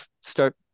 start